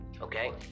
Okay